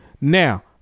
now